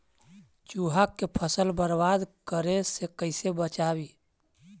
चुहा के फसल बर्बाद करे से कैसे बचाबी?